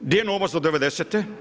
Gdje je novac do '90.